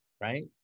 right